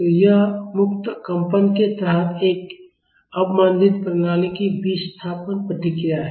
तो यह मुक्त कंपन के तहत एक अवमंदित प्रणाली की विस्थापन प्रतिक्रिया है